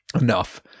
enough